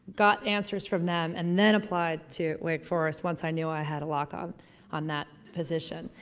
got answers from them and then applied to wake forrest once i knew i had a lock on on that position.